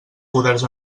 poders